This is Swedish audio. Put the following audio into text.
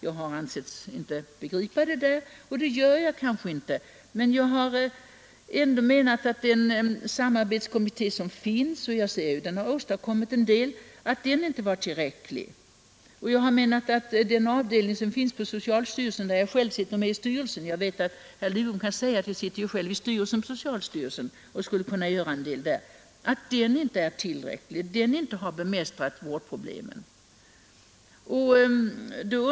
Man har ansett att jag inte begriper den saken — och det gör jag kanske inte heller. Men jag menar att den samarbetskommitté som finns — och som ju har åstadkommit en del — inte är tillräcklig. Vidare menar jag att den avdelning som finns på socialstyrelsen inte är tillräcklig. Nu vet jag att herr Lidbom kan säga att jag själv sitter med i styrelsen där och att jag därför skulle kunna göra en del, men den har som sagt inte gjort tillräckligt. Den har inte bemästrat vårdproblemen.